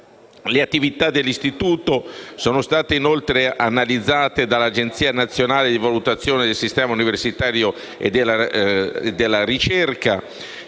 Le attività dell'istituto sono state inoltre analizzate dall'Agenzia nazionale di valutazione del sistema universitario e della ricerca,